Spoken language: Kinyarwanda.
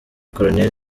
colonel